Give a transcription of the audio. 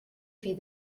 feed